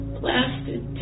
blasted